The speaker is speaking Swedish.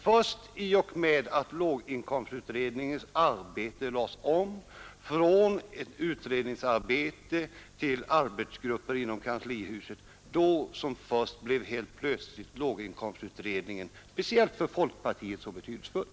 Först i och med att låginkomstutredningens arbete lades om från ett utredningsarbete till arbetsgrupper inom kanslihuset blev helt plötsligt låginkomstutredningen speciellt för folkpartiet så betydelsefull.